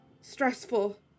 Stressful